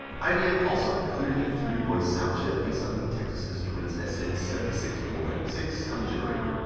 ibm also included a three voice sound chip, based on the texas instruments s n seven six four nine six sound generator.